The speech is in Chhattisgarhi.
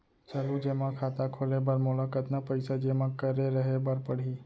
चालू जेमा खाता खोले बर मोला कतना पइसा जेमा रखे रहे बर पड़ही?